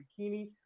bikini